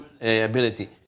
ability